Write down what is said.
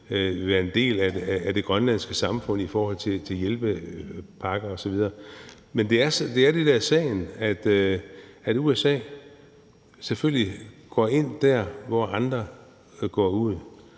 være en del af det grønlandske samfund i forhold til hjælpepakker osv. Men det er det, der er sagen – at USA selvfølgelig går ind der, hvor andre går ud.